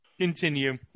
Continue